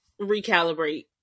recalibrate